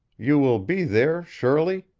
you will be there surely?